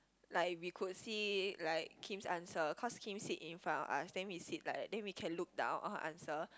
like we could see like Kim's answer cause Kim sit in front of us then we sit like that then we can look down her answer